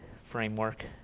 framework